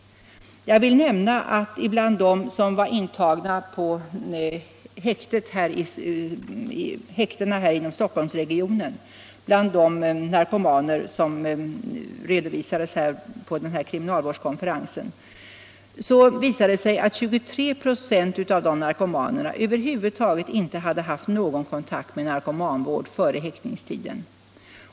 Jag vill nämna att bland dem som var intagna på häktena inom Stockholmsregionen av de narkomaner som redovisades på kriminalvårdskonferensen hade 23 24 över huvud taget inte haft någon kontakt med narkomanvård före häktningstiden.